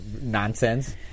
nonsense